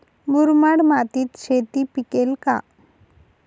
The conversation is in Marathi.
मुरमाड मातीत शेती पिकेल का?